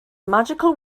magical